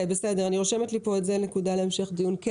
אני רושמת לי את זה כנקודה להמשך דיון.